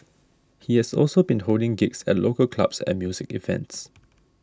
he is also been holding gigs at local clubs and music events